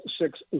six